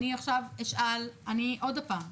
אני עכשיו אשאל עוד הפעם: